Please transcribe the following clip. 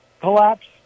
collapse